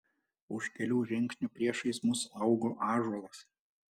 už kelių žingsnių priešais mus augo ąžuolas